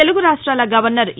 తెలుగు రాష్టాల గవర్నర్ ఇ